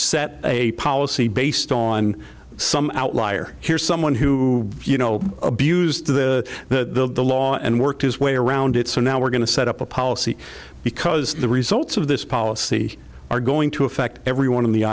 set a policy based on some outlier here's someone who you know abused the the law and worked his way around it so now we're going to set up a policy because the results of this policy are going to affect everyone on the